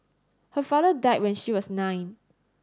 her father died when she was nine